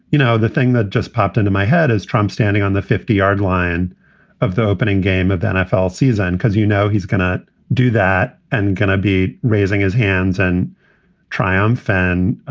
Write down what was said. you know, the thing that just popped into my head is trump standing on the fifty yard line of the opening game of the nfl season because, you know, he's going to do that and can be raising his hands and triumph. and,